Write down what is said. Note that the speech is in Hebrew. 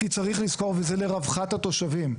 כי צריך לזכור וזה לרווחת התושבים,